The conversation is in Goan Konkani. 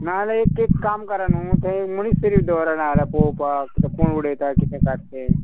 ना जाल्यार एक एक काम करा न्हू थंय मनीस तरी दवरा ना जाल्यार पोवपाक किदें कोण उडयता कितें कात तें